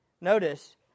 Notice